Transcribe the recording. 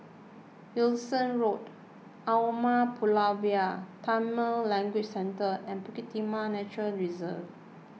Wilkinson Road Umar Pulavar Tamil Language Centre and Bukit Timah Nature Reserve